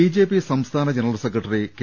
BJP സംസ്ഥാന general secretary K